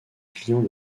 client